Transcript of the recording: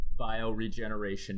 bioregeneration